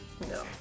no